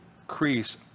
increase